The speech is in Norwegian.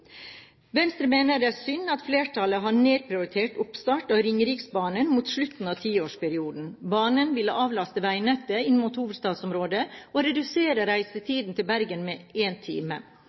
Venstre mener det er synd at flertallet har nedprioritert oppstart av Ringeriksbanen mot slutten av tiårsperioden. Banen vil avlaste vegnettet inn mot hovedstadsområdet og redusere reisetiden til Bergen med 1 time.